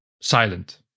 silent